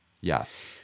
yes